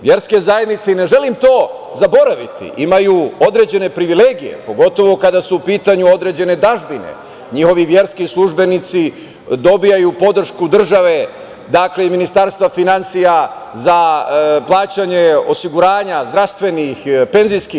Verske zajednice, i ne želim to zaboraviti, imaju određene privilegije, pogotovo kada su u pitanju određene dažbine, njihovi verski službenici dobijaju podršku države i Ministarstva finansija za plaćanje osiguranja, zdravstvenih, penzijskih.